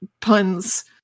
puns